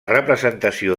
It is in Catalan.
representació